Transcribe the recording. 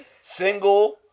Single